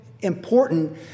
important